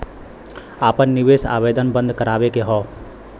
आपन निवेश आवेदन बन्द करावे के हौ?